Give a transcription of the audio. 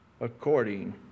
according